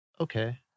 Okay